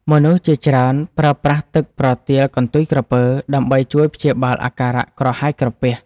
មនុស្សជាច្រើនប្រើប្រាស់ទឹកប្រទាលកន្ទុយក្រពើដើម្បីជួយព្យាបាលអាការៈក្រហាយក្រពះ។